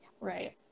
Right